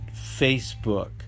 Facebook